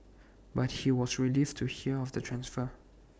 but she was relieved to hear of the transfer